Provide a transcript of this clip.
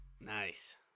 Nice